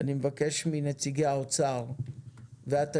אני מבקש מנציגי משרדי האוצר והתיירות